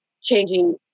changing